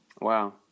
Wow